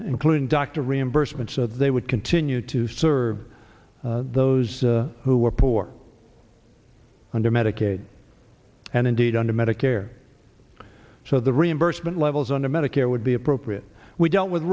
including dr reimbursement so they would continue to serve those who were poor under medicaid and indeed under medicare so the reimbursement levels under medicare would be appropriate we don't with